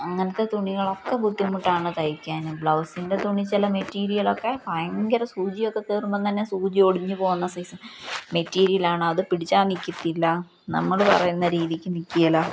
അങ്ങനത്തെ തുണികളൊക്കെ ബുദ്ധിമുട്ടാണ് തയ്ക്കാന് ബ്ലൗസിൻ്റെ തുണി ചില മെറ്റീരിയലൊക്കെ ഭയങ്കര സൂചിയൊക്കെ കയറുമ്പോള്ത്തന്നെ സൂചി ഒടിഞ്ഞു പോകുന്ന സൈസ് മെറ്റീരിയലാണ് അതു പിടിച്ചാല് നില്ക്കത്തില്ല നമ്മള് പറയുന്ന രീതിക്കു നില്ക്കുകയില്ല